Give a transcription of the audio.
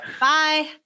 Bye